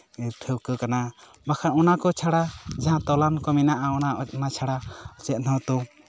ᱴᱷᱟᱹᱣᱠᱟᱹ ᱠᱟᱱᱟ ᱵᱟᱠᱷᱟᱡ ᱚᱱᱟ ᱠᱚ ᱪᱷᱟᱲᱟ ᱡᱟᱦᱟᱸ ᱛᱟᱞᱟᱱ ᱠᱚ ᱢᱮᱱᱟᱜᱼᱟ ᱚᱱᱟ ᱪᱷᱟᱲᱟ ᱪᱮᱫ ᱦᱚᱸᱛᱚ